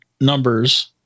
numbers